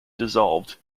dissolved